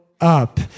up